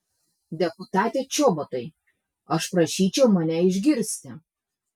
deputate čobotai aš prašyčiau mane išgirsti